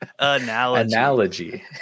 analogy